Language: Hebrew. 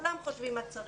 כולם חושבים מה צריך,